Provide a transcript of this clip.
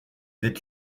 êtes